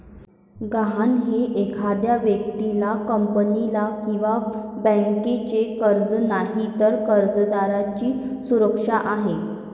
गहाण हे एखाद्या व्यक्तीला, कंपनीला किंवा बँकेचे कर्ज नाही, तर कर्जदाराची सुरक्षा आहे